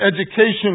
education